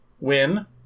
Win